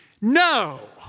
No